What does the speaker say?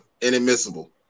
inadmissible